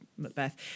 Macbeth